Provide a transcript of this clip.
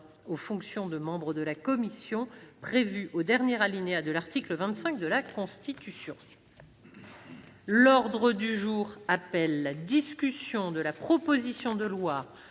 aux fonctions de membre de la commission prévue au dernier alinéa de l'article 25 de la Constitution. L'ordre du jour appelle la discussion, à la demande du